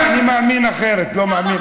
אני מאמין אחרת, לא מאמין.